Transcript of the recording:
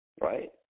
Right